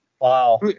Wow